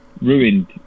ruined